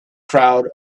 crowd